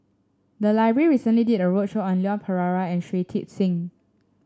the library recently did a roadshow on Leon Perera and Shui Tit Sing